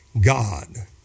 God